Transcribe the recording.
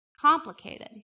complicated